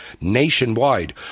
nationwide